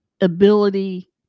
ability